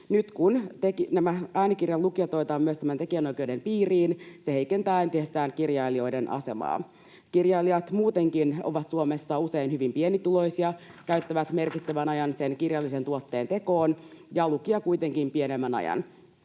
myös nämä äänikirjan lukijat otetaan tämän tekijänoikeuden piiriin, se heikentää entisestään kirjailijoiden asemaa. Kirjailijat muutenkin ovat Suomessa usein hyvin pienituloisia, käyttävät merkittävän ajan sen kirjallisen tuotteen tekoon ja lukija kuitenkin pienemmän ajan.